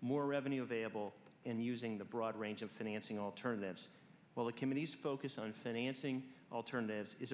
more revenue available and using the broad range of financing alternatives while the committees focus on financing alternatives is